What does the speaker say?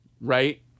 Right